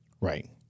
Right